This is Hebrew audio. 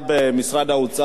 במשרד האוצר,